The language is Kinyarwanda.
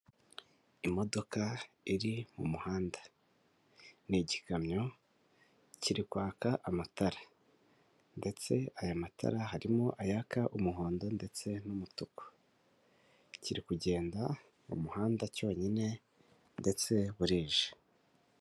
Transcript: Imodoka iri mu muhanda ni igikamyo kiri kwaka amatara, ndetse aya matara harimo ayaka umuhondo ndetse n'umutuku, kiri kugenda mu muhanda cyonyine ndetse burije.